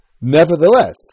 nevertheless